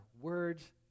words